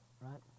Right